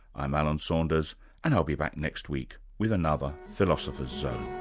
i'm alan saunders and i'll be back next week with another philosopher's zone